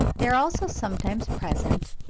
they are also sometimes present,